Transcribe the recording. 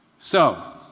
so,